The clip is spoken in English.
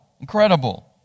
incredible